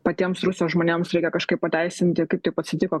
patiems rusijos žmonėms reikia kažkaip pateisinti kaip taip atsitiko